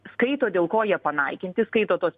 skaito dėl ko jie panaikinti skaito tuos